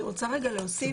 אני רוצה להוסיף,